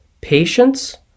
patience